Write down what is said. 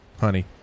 honey